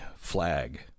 flag